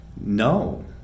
No